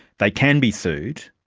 they can be sued.